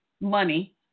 money